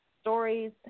stories